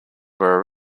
were